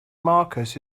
marcus